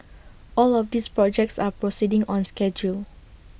all of these projects are proceeding on schedule